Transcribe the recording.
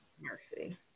Mercy